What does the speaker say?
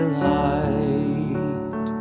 light